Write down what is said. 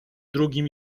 drugim